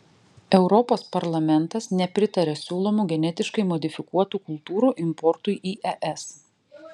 europos parlamentas nepritaria siūlomų genetiškai modifikuotų kultūrų importui į es